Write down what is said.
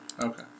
Okay